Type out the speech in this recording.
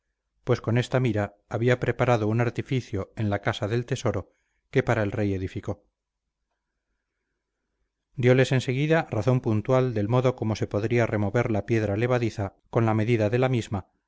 pues con esta mira había preparado un artificio en la casa del tesoro que para el rey edificó dioles en seguida razón puntual del modo como se podría remover la piedra levadiza con la medida de la misma